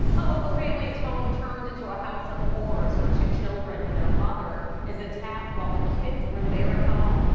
a local family's home turned into a house of horror for two children when their mother is attacked while the kids were there at home.